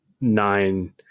nine